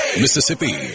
Mississippi